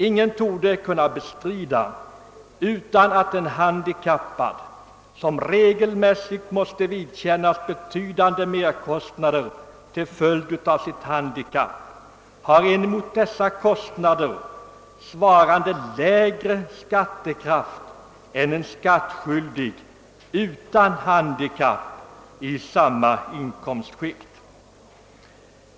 Ingen torde kunna bestrida att en handikappad, som regel mässigt måste vidkännas betydande merkostnader till följd av sitt handikapp, har en mot dessa kostnader svarande minskad skattekraft i förhållande till en skattskyldig utan handikapp i samma inkomstskikt.